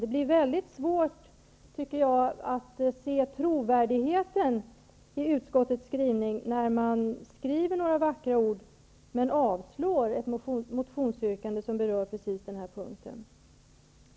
Det är svårt att se trovärdigheten i utskottets skrivning, när utskottet skriver några vackra ord men avstyrker ett motionsyrkande som berör precis den punkten.